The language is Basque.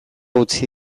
utzi